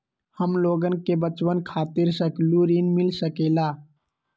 हमलोगन के बचवन खातीर सकलू ऋण मिल सकेला?